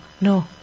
No